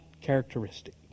characteristic